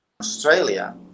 Australia